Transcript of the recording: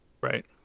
Right